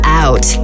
out